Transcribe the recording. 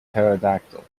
pterodactyl